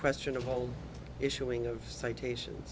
questionable issuing of citations